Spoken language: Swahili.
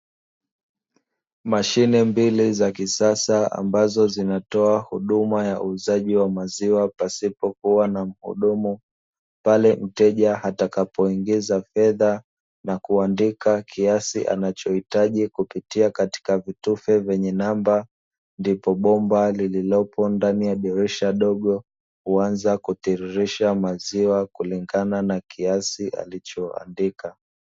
Mashine mbili za kisasa ambazo zinatoa huduma ya uuzaji wa maziwa pasipokuwa na mhudumu, pale mteja atakapoingiza fedha na kuandika kiasi anachohitaji kupitia katika vitufe vyenye namba ndipo bomba lililopo ndani ya dirisha dogo huanza kutiririsha maziwa kulingana na kiasi alichoandika.